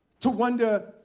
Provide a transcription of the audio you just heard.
to wonder,